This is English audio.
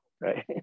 right